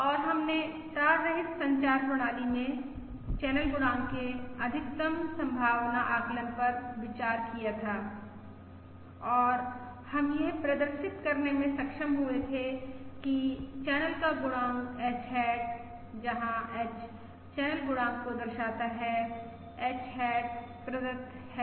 और हमने तार रहित संचार प्रणाली में चैनल गुणांक के अधिकतम संभावना आकलन पर विचार किया था और हम यह प्रदर्शित करने में सक्षम हुए थे कि चैनल का गुणांक H हैट जहां H चैनल गुणांक को दर्शाता है H हैट प्रदत्त है